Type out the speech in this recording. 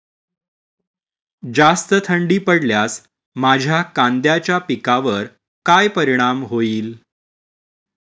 जास्त थंडी पडल्यास माझ्या कांद्याच्या पिकावर काय परिणाम होईल?